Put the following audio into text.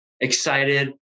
excited